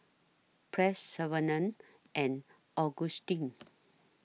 Press Savannah and Augustine